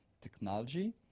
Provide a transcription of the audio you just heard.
technology